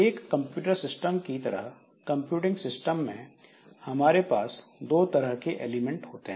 एक computer system की तरह कंप्यूटिंग सिस्टम में हमारे पास दो तरह के एलिमेंट होते हैं